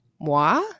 Moi